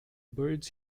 birds